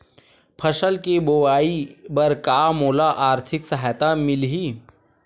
फसल के बोआई बर का मोला आर्थिक सहायता मिलही?